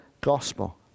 gospel